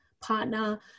partner